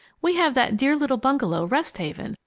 we have that dear little bungalow, rest haven,